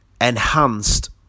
enhanced